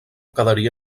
quedaria